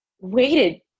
waited